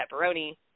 pepperoni